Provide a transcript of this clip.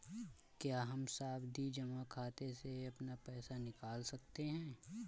क्या हम सावधि जमा खाते से अपना पैसा निकाल सकते हैं?